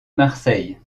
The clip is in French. marseille